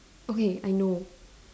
okay I know